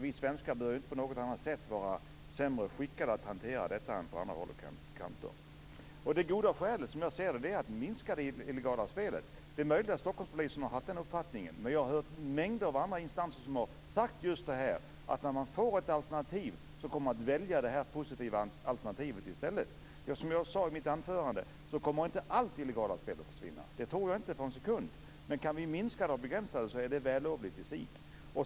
Vi svenskar bör inte på något sätt vara sämre skickade att hantera detta än man är på andra håll. Det goda skälet, som jag ser det, är att minska det illegala spelet. Det är möjligt att Stockholmspolisen har haft en annan uppfattning. Men jag har hört mängder av andra instanser som har sagt just att när man får ett alternativ kommer man att välja det positiva alternativet i stället. Som jag sade i mitt anförande kommer inte allt illegalt spel att försvinna. Det tror jag inte för en sekund. Men kan vi minska och begränsa det så är det vällovligt i sig.